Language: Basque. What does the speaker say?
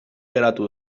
geratu